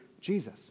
Jesus